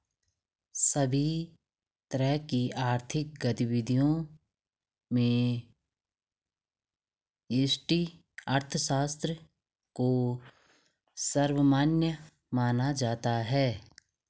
सभी तरह की आर्थिक गतिविधियों में व्यष्टि अर्थशास्त्र को सर्वमान्य माना जाता है